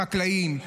החקלאים,